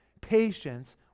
patience